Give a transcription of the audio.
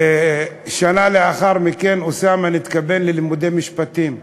ושנה לאחר מכן אוסאמה התקבל ללימודי משפטים.